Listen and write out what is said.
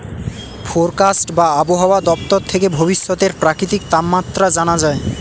forecast বা আবহাওয়া দপ্তর থেকে ভবিষ্যতের প্রাকৃতিক তাপমাত্রা জানা যায়